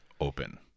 open